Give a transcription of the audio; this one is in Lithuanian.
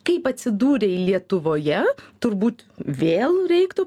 kaip atsidūrei lietuvoje turbūt vėl reiktų